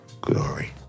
glory